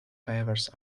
favours